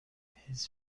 his